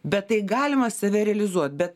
bet tai galima save realizuot bet